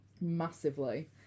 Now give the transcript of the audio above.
Massively